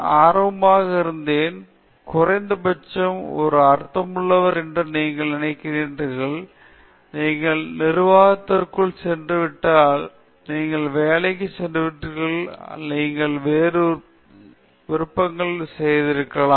நான் ஆர்வமாக இருந்தேன் நீங்கள் குறைந்தபட்சம் ஒரு அர்த்தமுள்ளவர் என நீங்கள் நினைக்கிறீர்களா நீங்கள் நிர்வாகத்திற்குள் சென்றுவிட்டீர்கள் நீங்கள் வேலைக்கு சென்றுவிட்டீர்கள் நீங்கள் வேறு சில விருப்பங்களை முயற்சித்திருக்கலாம்